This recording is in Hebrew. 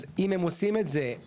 אז אם הם עושים את זה,